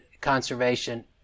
conservation